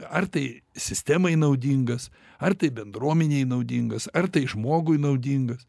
ar tai sistemai naudingas ar tai bendruomenei naudingas ar tai žmogui naudingas